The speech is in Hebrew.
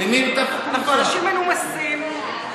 אנחנו אנשים מנומסים,